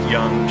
Young